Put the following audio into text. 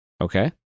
Okay